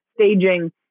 staging